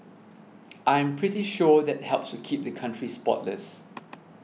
I'm pretty sure that helps to keep the country spotless